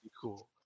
cool